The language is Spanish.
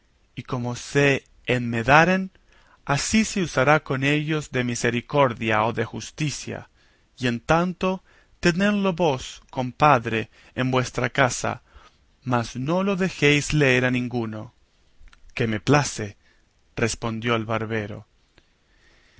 y como se enmendaren así se usará con ellos de misericordia o de justicia y en tanto tenedlos vos compadre en vuestra casa mas no los dejéis leer a ninguno que me place respondió el barbero